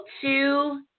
two